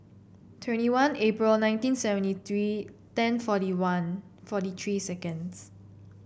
twenty one April nineteen seventy three ten forty one forty three seconds